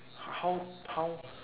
h~ how how